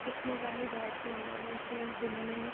کچھ مذاہب ایسے ہیں کہ جن میں